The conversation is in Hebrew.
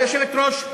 היושבת-ראש,